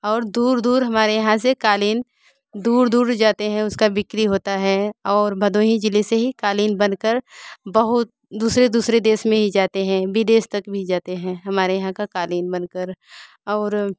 और दूर दूर हमारे यहाँ से कालीन दूर दूर जाते है उसका बिक्री होता हैं और भदोही जिले से ही कालीन बन कर बहुत दूसरे दूसरे देश में ही जाते हैं विदेश तक भी जाते हैं हमारे यहाँ का कालीन बन कर और